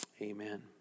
Amen